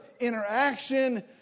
interaction